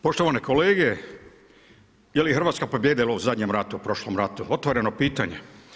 Poštovani kolege, je li Hrvatska pobijedila u zadnjem ratu, prošlom ratu, otvoreno pitanje.